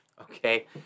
okay